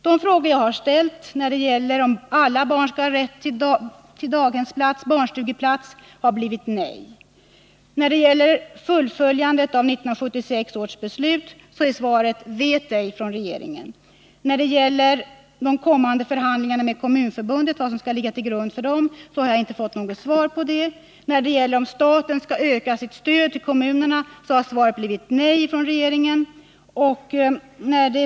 De frågor jag har ställt om huruvida alla barn skall ha rätt till daghemsplats eller barnstugeplats har besvarats med nej. När det gäller fullföljandet av 1976 års beslut är svaret från regeringen ”vet ej”. När det gäller vad som skall ligga till grund för de kommande förhandlingarna med Kommunförbundet har jag inte fått något svar. På frågan om staten skall öka sitt stöd till kommunerna har svaret från regeringen blivit nej.